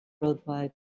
Worldwide